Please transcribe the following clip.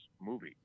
movie